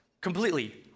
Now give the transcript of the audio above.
Completely